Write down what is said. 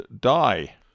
die